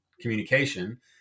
communication